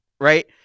right